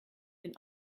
den